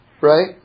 Right